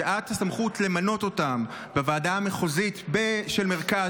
שאת הסמכות למנות אותם בוועדה המחוזית של מרכז,